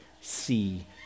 see